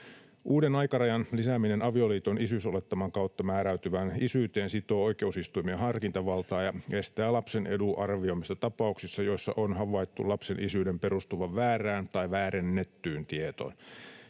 Uuden aikarajan lisääminen avioliiton isyysolettaman kautta määräytyvään isyyteen sitoo oikeusistuimien harkintavaltaa ja estää lapsen edun arvioimista tapauksissa, joissa on havaittu lapsen isyyden perustuvan väärään tai väärennettyyn tietoon.